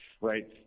right